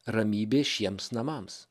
ramybė šiems namams